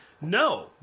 No